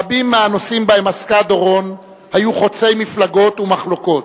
רבים מהנושאים שבהם עסקה דורון היו חוצי מפלגות ומחלוקות.